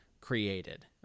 created